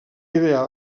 idear